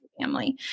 family